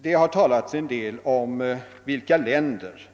Det har talats en hel del om vilka länder